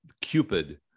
Cupid